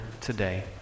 today